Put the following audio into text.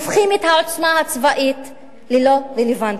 הופכים את העוצמה הצבאית ללא רלוונטית.